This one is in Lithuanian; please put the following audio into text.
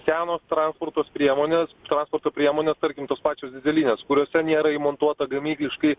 senos transportos priemonės transporto priemonės tarkim tos pačios dyzelinės kuriose nėra įmontuota gamykliškai